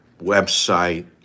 website